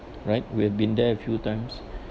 right we have been there a few times